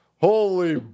Holy